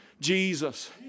Jesus